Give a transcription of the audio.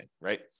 right